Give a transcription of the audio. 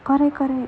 correct correct